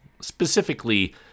specifically